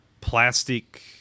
plastic